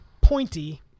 pointy